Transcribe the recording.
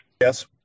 Yes